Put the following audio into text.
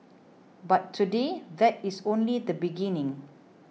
but today that is only the beginning